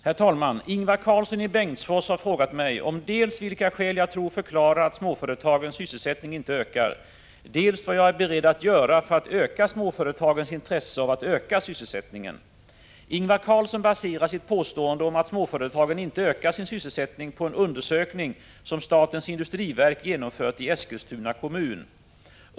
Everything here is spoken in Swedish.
Herr talman! Ingvar Karlsson i Bengtsfors har frågat mig om dels vilka skäl jag tror förklarar att småföretagens sysselsättning inte ökar, dels vad jag är beredd att göra för att öka småföretagens intresse av att öka sysselsättningen. Ingvar Karlsson baserar sitt påstående om att småföretagen inte ökar sin sysselsättning på en undersökning som statens industriverk genomfört i Eskilstuna kommun.